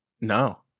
No